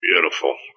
Beautiful